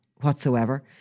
whatsoever